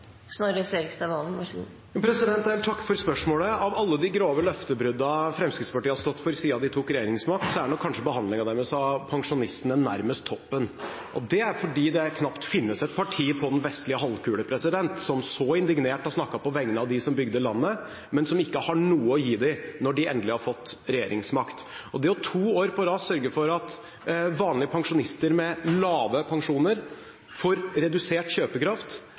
Jeg vil takke for spørsmålet. Av alle de grove løftebruddene Fremskrittspartiet har stått for siden de tok regjeringsmakten, er kanskje deres behandling av pensjonistene nærmest toppen. Det er fordi det knapt finnes et parti på den vestlige halvkule som så indignert har snakket på vegne av de som bygde landet, men som ikke har noe å gi dem når de endelig har fått regjeringsmakt. Og det å sørge for – to år på rad – at vanlige pensjonister med lave pensjoner får redusert kjøpekraft,